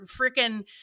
freaking